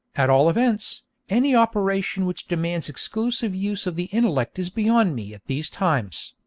at all events any operation which demands exclusive use of the intellect is beyond me at these times.